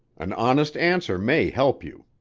an honest answer may help you.